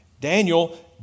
Daniel